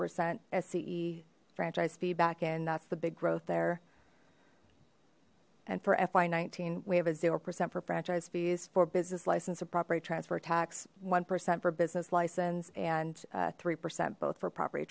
percent sce franchise feed back in that's the big growth there and for fy nineteen we have a zero percent for franchise fees for business license or property transfer tax one percent for business license and three percent both for property